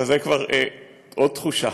אבל זה כבר עוד תחושה.